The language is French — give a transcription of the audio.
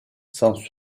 sans